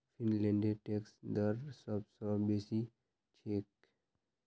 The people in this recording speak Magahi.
फिनलैंडेर टैक्स दर सब स बेसी छेक